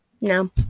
No